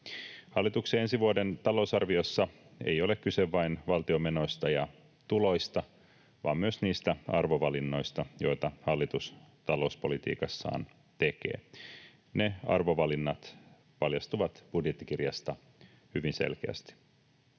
Hallituksen ensi vuoden talousarviossa ei ole kyse vain valtion menoista ja tuloista, vaan myös niistä arvovalinnoista, joita hallitus talouspolitiikassaan tekee. Ne arvovalinnat paljastuvat budjettikirjasta hyvin selkeästi.